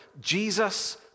Jesus